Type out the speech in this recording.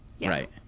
Right